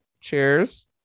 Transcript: Cheers